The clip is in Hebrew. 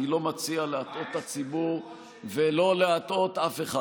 אני מציע לא להטעות את הציבור ולא להטעות אף אחד.